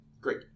Great